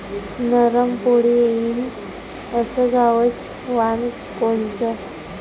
नरम पोळी येईन अस गवाचं वान कोनचं?